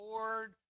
Lord